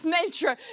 nature